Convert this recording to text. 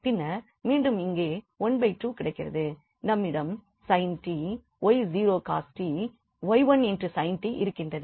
பின்னர் மீண்டும் இங்கே ½ கிடைக்கிறது நம்மிடம் sin 𝑡 𝑦0 cos 𝑡 𝑦1sin 𝑡 இருக்கின்றது